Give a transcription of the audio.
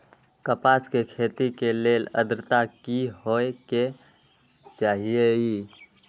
कपास के खेती के लेल अद्रता की होए के चहिऐई?